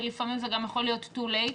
ולפעמים זה גם יכול להיות מאוחר מדי.